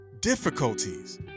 difficulties